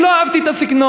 אני לא אהבתי את הסגנון.